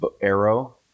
arrow